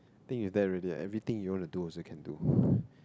think you there already eh everything you want to do also can do